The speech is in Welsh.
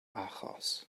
achos